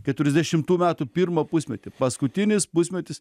keturiasdešimtų metų pirmą pusmetį paskutinis pusmetis